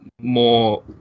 more